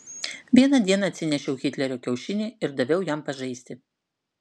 vieną dieną atsinešiau hitlerio kiaušinį ir daviau jam pažaisti